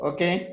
Okay